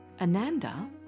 Ananda